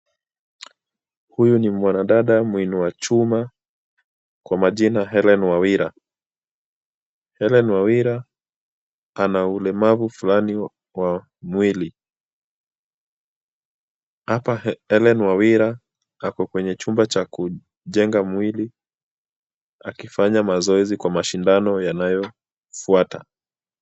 Huyu ni mwanadada muinua chuma kwa majina Hellen Wawira. Hellen Wawira ana ulemavu fulani wa mwili. Hapa Hellen Wawira ako kwenye chumba cha kujenga mwili akifanya mazoezi kwa mashindano yanayofuata.